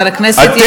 חבר הכנסת יואל חסון,